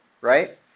right